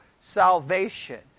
salvation